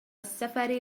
السفر